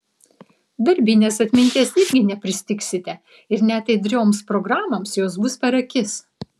darbinės atminties irgi nepristigsite ir net ėdrioms programoms jos bus per akis